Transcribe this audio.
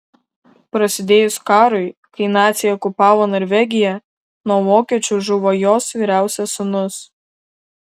prasidėjus karui kai naciai okupavo norvegiją nuo vokiečių žuvo jos vyriausias sūnus